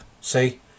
see